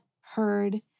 heard